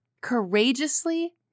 courageously